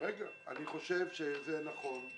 אני חושב שזה נכון.